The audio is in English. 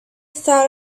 thought